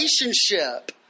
relationship